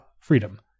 Freedom